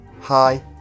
Hi